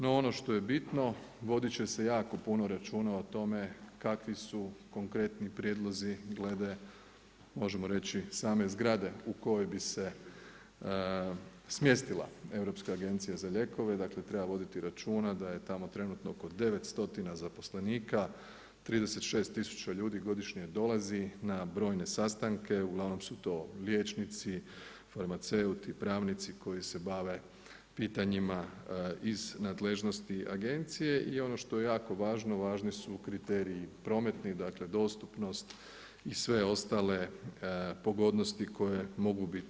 No, ono što je bitno, voditi će se jako puno računa o tome kakvi su konkretni prijedlozi glede, možemo reći same zgrade u kojoj bi se smjestila Europska agencija za lijekove, dakle, treba voditi računa da je tamo trenutno oko 900 zaposlenika, 36000 ljudi godišnje dolazi na brojne sastanke, uglavnom su to liječnici, farmaceuti, pravnici koji se bave pitanjima iz nadležnosti agencije i ono što je jako važno, važni su kriteriji prometni, dakle, dostupnost i sve ostale pogodnosti koje mogu biti.